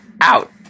Out